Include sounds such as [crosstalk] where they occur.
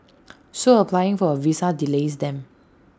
[noise] so applying for A visa delays them